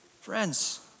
Friends